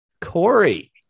Corey